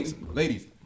ladies